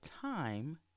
time